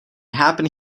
happen